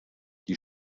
die